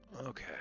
okay